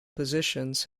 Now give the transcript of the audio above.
positions